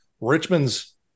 Richmond's